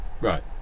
right